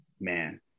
Man